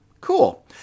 cool